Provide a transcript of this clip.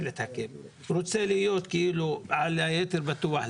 להיות בטוח יותר,